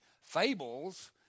fables